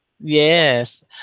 yes